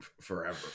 forever